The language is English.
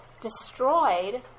destroyed